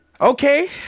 Okay